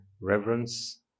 reverence